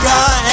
God